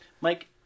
Mike